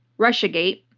russiagate,